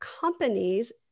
companies